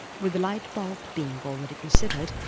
with the light bulb being already considered,